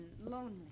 lonely